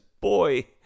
boy